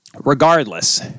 regardless